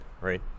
right